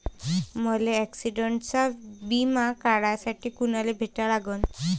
मले ॲक्सिडंटचा बिमा काढासाठी कुनाले भेटा लागन?